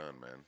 man